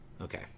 Okay